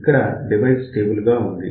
ఇక్కడ device stable గా ఉంది